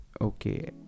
okay